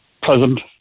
present